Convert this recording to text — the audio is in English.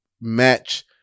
match